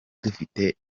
dufite